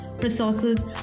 resources